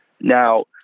Now